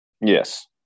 Yes